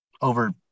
over